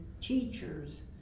teachers